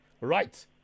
Right